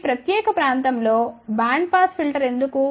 ఈ ప్రత్యేక ప్రాంతం లో బ్యాండ్ పాస్ ఫిల్టర్ ఎందుకు